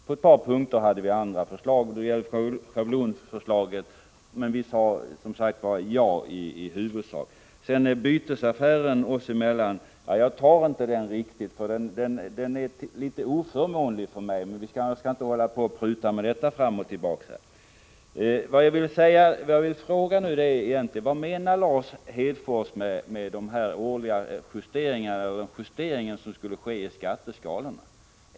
På ett par punkter — det gällde bl.a. schablonavdraget — hade vi andra förslag, men vi sade ja i huvudsak. Bytesaffären oss emellan som Bengt K. Å. Johansson föreslog vill jag inte gärna gå in på, för den är litet oförmånlig för mig. Men vi skall inte hålla på och pruta fram och tillbaka, utan jag vill fråga Lars Hedfors vad han menar med de årliga justeringar som skulle ske av skatteskalorna.